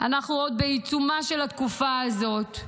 אנחנו עוד בעיצומה של התקופה הזאת.